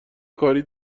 کاری